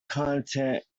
content